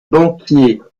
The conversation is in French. banquier